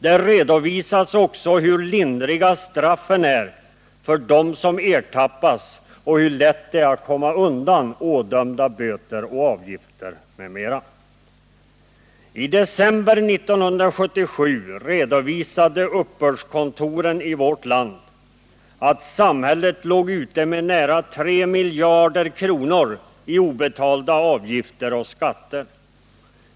Där redovisas också hur lindriga straffen är för dem som ertappas och hur lätt det är att komma undan ådömda böter och avgifter. I december 1977 redovisade uppbördskontoren i vårt land att samhället låg ute med nära tre miljarder kronor i obetalda avgifter och skatter.